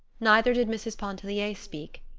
neither did mrs. pontellier speak.